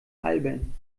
albern